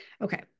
Okay